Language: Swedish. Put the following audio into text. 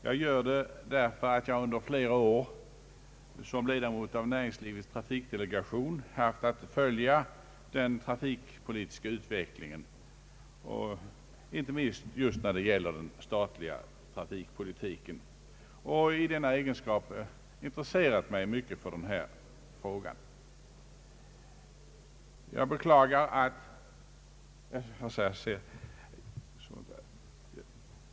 Jag gör det därför att jag under flera år som ledamot av näringslivets trafikdelegation haft att följa utvecklingen på trafikområdet inte minst när det gäller den statliga trafikpolitiken och i denna egenskap intresserat mig mycket för just denna fråga som också delvis faller under bevillningsutskottets ämnesområde.